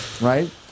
right